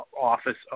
office